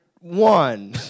one